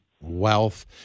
wealth